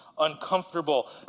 uncomfortable